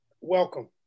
Welcome